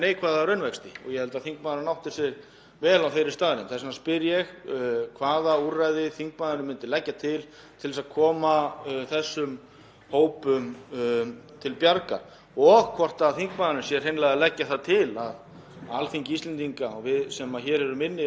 hópum til bjargar og hvort þingmaðurinn sé hreinlega að leggja það til að Alþingi Íslendinga, við sem hér erum á löggjafarþinginu, eigi að hafa einhver áhrif á stýrivaxtaákvarðanir Seðlabankans, hvaða leið þingmaðurinn sér fyrir sér